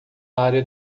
área